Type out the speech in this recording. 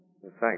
Thanks